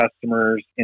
customers